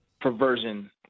perversion